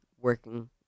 working